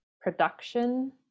production